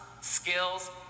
skills